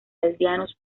aldeanos